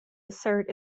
assert